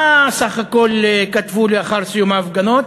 מה סך הכול כתבו לאחר סיום ההפגנות: